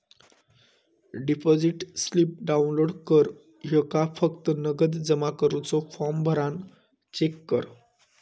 deposit slip download कर ह्येका फक्त नगद जमा करुचो फॉर्म भरान चेक कर